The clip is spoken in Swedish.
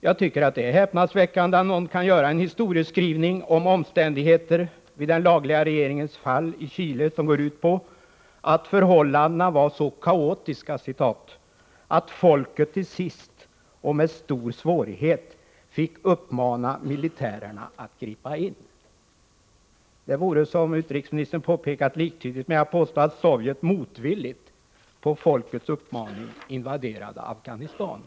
Jag tycker att det är häpnadsväckande att någon kan göra en historieskriv ning om omständigheter vid den lagliga regeringens fall i Chile som går ut på — Nr 148 att förhållandena var så ”kaotiska” att folket till sist och med stor svårighet z SE SRA s ES Onsdagen den fick uppmana militärerna att gripa in. — Det vore, som utrikesministern 22 maj 1985 påpekat, liktydigt med att påstå att Sovjet motvilligt, på folkets uppmaning, invaderat Afghanistan.